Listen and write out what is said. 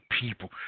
people